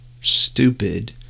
stupid